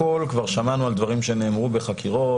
כבר שמענו על דברים שאינם במקום שנאמרו בחקירות.